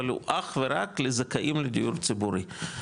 אבל הוא אך ורק לזכאים לדיור ציבורי,